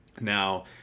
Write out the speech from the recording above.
Now